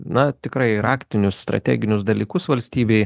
na tikrai raktinius strateginius dalykus valstybei